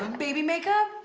baby makeup